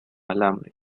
alambre